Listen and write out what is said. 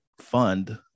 fund